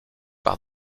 par